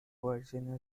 virgin